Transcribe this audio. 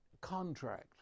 contract